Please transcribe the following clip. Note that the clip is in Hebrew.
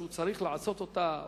שהוא צריך לעשות אותה,